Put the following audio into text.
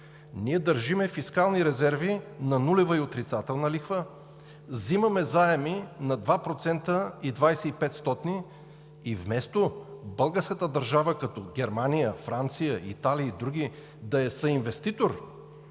Ние държим фискални резерви на нулева и отрицателна лихва, вземаме заеми на 2,25% и вместо българската държава, като Германия, Франция, Италия и други, да е съинвеститор